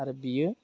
आरो बियो